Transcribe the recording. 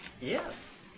Yes